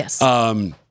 Yes